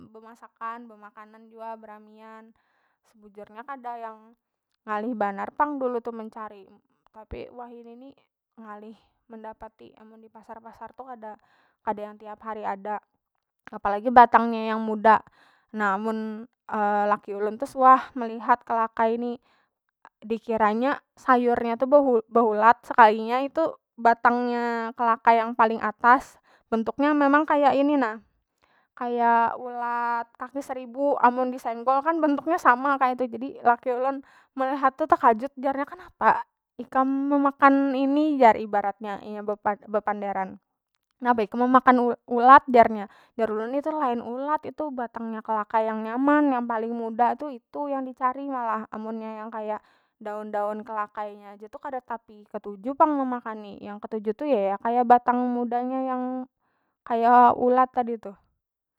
Bemasakan bemakanan jua beramian sebujurnya kada yang ngalih banar pang dulu tu mencari, tapi wahini ni ngalih mendapati amun dipasar- pasar tu kada- kad yang tiap hari ada, apalagi batang nya yang muda na mun laki ulun tu suah melihat kalakai ni dikira nya sayurnya tu be- behulat sekalinya itu batangnya kalakai yang paling atas bentuknya memang kaya ini na ulat kaki seribu amun disenggolkan bentuknya sama kaitu jadi laki ulun melihat tu tekajut jarnya kenapa ikam memakan ini jar ibaratnya inya bepan- bepanderan, kenapa ikam memakan ul- ulat jarnya jar ulun itu lain ulat itu batang nya kalakai yang nyaman yang paling muda tu itu yang dicari malah, amunnya kaya daun- daun kalakai nya aja tu kada tapi ketuju pang memakani yang ketuju tu ya yang kaya batang muda nya yang kaya ulat tadi tuh.